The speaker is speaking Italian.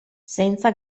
senza